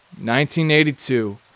1982